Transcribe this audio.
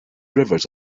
rivers